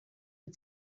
wyt